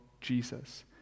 Jesus